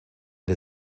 der